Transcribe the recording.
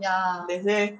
they say